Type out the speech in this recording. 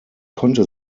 konnte